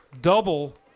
double